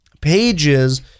pages